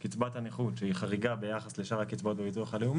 שגם דיברנו עליה בישיבה הקודמת,